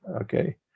Okay